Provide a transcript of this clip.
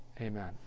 Amen